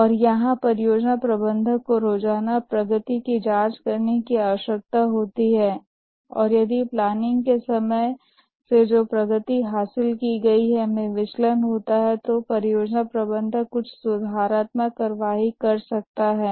और यहां परियोजना प्रबंधक को रोज़ाना प्रगति की जाँच करने की आवश्यकता होती है और यदि प्लानिंग के समय से जो प्रगति हासिल की गई है में विचलन होता है तो परियोजना प्रबंधक कुछ सुधारात्मक कार्रवाई कर सकता है